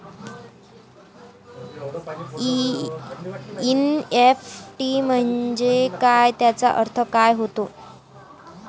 NEFT म्हंजे काय, त्याचा अर्थ काय होते?